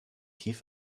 tief